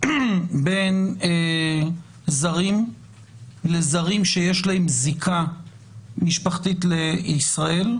בין זרים לזרים שיש להם זיקה משפחתית לישראל,